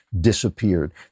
disappeared